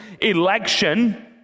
election